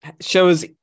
shows